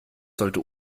sollte